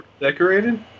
decorated